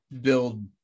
build